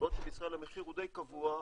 בעוד שבישראל המחיר הוא די קבוע,